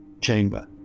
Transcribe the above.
chamber